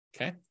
Okay